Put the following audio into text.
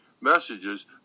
messages